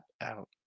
out